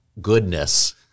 goodness